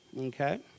Okay